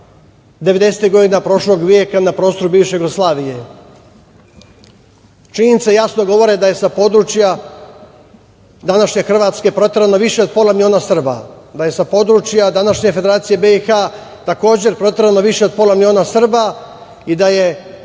90-ih godina prošlog veka na prostoru bivše Jugoslavije. Činjenice jasno govore da je sa područja današnje Hrvatske proterano više od pola miliona Srba, da je sa područja današnje Federacije BiH takođe proterano više od pola miliona Srba i da je